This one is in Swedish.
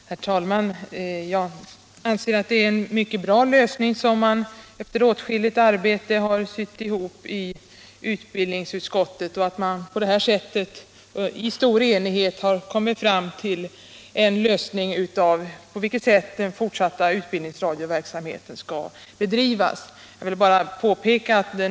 Herr talman! Jag anser att det är en mycket bra lösning som man efter åtskilligt arbete har sytt ihop i utbildningsutskottet. I stor enighet har man kommit fram till en lösning av frågan på vilket sätt utbildningsradioverksamheten skall bedrivas.